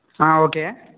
okay